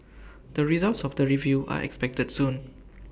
the results of the review are expected soon